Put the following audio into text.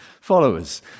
followers